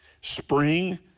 spring